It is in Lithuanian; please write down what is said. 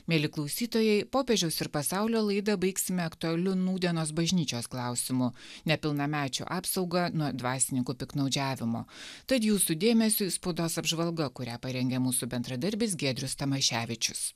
mieli klausytojai popiežiaus ir pasaulio laidą baigsime aktualiu nūdienos bažnyčios klausimu nepilnamečių apsauga nuo dvasininkų piktnaudžiavimo tad jūsų dėmesiui spaudos apžvalga kurią parengė mūsų bendradarbis giedrius tamaševičius